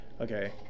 Okay